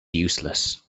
useless